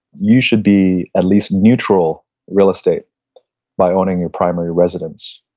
you should be at least neutral real estate by owning your primary residence.